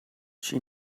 she